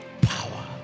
power